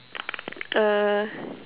err